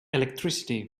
electricity